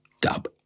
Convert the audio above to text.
Dub